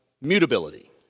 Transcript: mutability